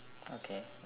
okay